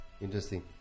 interesting